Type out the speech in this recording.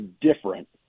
different